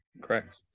Correct